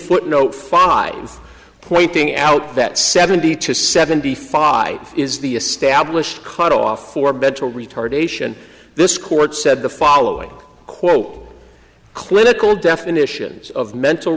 footnote five pointing out that seventy to seventy five is the established cutoff for mental retardation this court said the following quote clinical definitions of mental